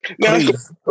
Please